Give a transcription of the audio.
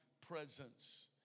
presence